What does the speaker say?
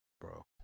Bro